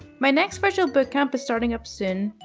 my next virtual bootcamp is starting up soon.